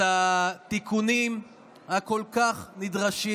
את התיקונים הכל-כך נדרשים,